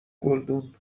گلدون